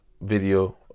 video